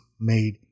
made